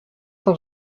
cent